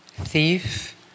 thief